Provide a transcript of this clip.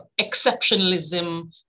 exceptionalism